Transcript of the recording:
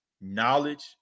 knowledge